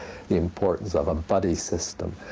the importance of a buddy system.